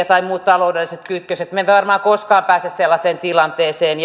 tai on muut taloudelliset kytkökset me emme varmaan koskaan pääse sellaiseen tilanteeseen